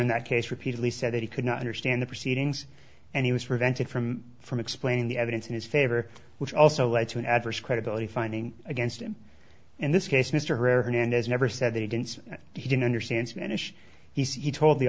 in that case repeatedly said that he could not understand the proceedings and he was prevented from from explaining the evidence in his favor which also led to an adverse credibility finding against him in this case mr hernandez never said that he didn't he didn't understand spanish he told the